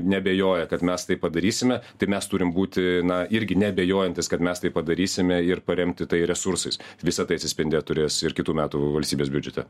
neabejoja kad mes tai padarysime tai mes turim būti na irgi neabejojantys kad mes tai padarysime ir paremti tai resursais visa tai atsispindėt turės ir kitų metų valstybės biudžete